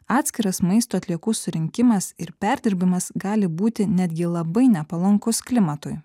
atskiras maisto atliekų surinkimas ir perdirbimas gali būti netgi labai nepalankus klimatui